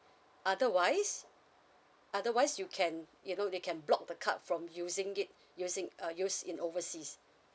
otherwise otherwise you can you know they can block the card from using it using uh use in overseas